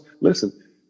listen